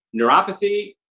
Neuropathy